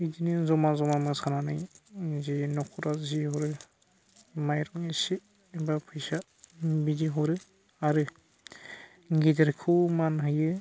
बिदिनो जमा जमा मोसानानै जि न'खराव जेबो माइरं इसे एबा फैसा बिदि हरो आरो गिदिरखौ मान होयो